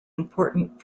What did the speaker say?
important